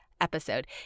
episode